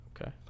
Okay